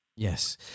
Yes